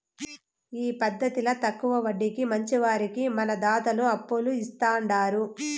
ఈ పద్దతిల తక్కవ వడ్డీకి మంచివారికి మన దాతలు అప్పులు ఇస్తాండారు